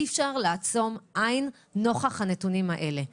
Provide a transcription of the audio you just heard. אי אפשר לעצום עין נוכח הנתונים האלה.